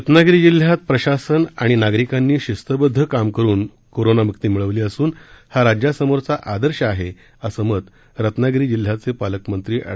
रत्नागिरी जिल्ह्यात प्रशासन आणि नागरिकांनी शिस्तबद्ध काम करून करोनामुक्ती मिळवली असून हा राज्यासमोरचा आदर्श आहे असं मत रत्नागिरी जिल्ह्याचे पालकमंत्री एंड